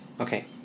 Okay